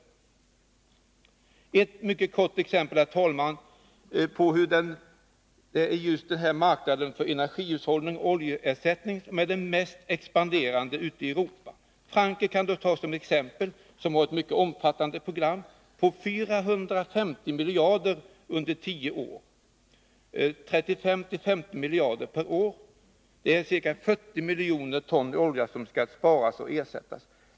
Herr talman! Frankrike är det land i Västeuropa där marknaden för energihushållning och oljeersättning har expanderat mest. Man har ett program omfattande hela 450 miljarder på tio år eller 35-50 miljarder per år. Det är ca 40 miljoner ton olja som skall sparas och ersättas.